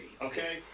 okay